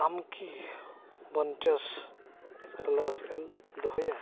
ᱟᱢ ᱠᱤ ᱵᱟᱧᱪᱮᱥ ᱥᱤᱨᱤᱭᱟᱞᱥ ᱮᱢ ᱫᱚᱦᱚᱭᱟ